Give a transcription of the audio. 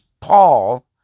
Paul